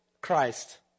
Christ